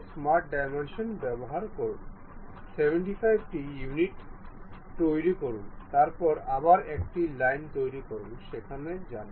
smart dimension ব্যবহার করুন 75 টি ইউনিট তৈরি করুন তারপরে আবার একটি লাইন তৈরি করুন সেখানে যান